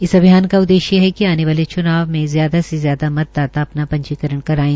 इस अभियान का उद्देश्य हे आने वाले च्नाव कि ज्यादा से ज्यादा मतदाता अपना पंजीकरण कराये